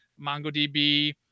MongoDB